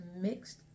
mixed